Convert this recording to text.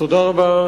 תודה רבה.